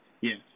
Yes